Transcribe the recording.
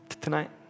tonight